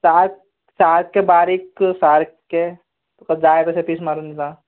सा सात्ते बारीक तुका सारके तुका जाय तशे पीस मारून दिता